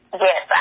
yes